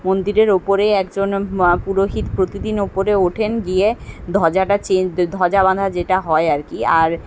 মন্দিরের ওপরে একজন পুরোহিত প্রতিদিন ওপরে ওঠেন গিয়ে ধ্বজাটা চেন ধ্বজা বাঁধা যেটা হয় আর কি আর